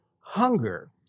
hunger